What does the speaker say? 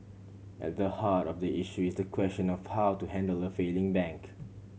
at the heart of the issue is the question of how to handle a failing bank